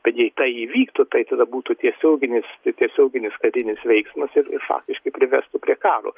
bet jei tai įvyktų tai tada būtų tiesioginis tiesioginis karinis veiksmas ir ir faktiškai privestų prie karo